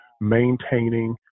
maintaining